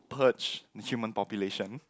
purge human population